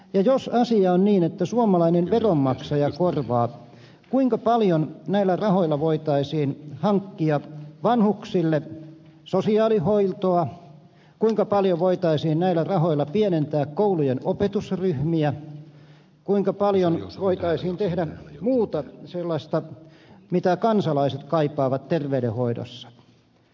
jos asia on niin että suomalainen veronmaksaja korvaa kuinka paljon näillä rahoilla voitaisiin hankkia vanhuksille sosiaalihoitoa kuinka paljon voitaisiin näillä rahoilla pienentää koulujen opetusryhmiä kuinka paljon voitaisiin tehdä muuta sellaista mitä kansalaiset kaipaavat terveydenhoidossa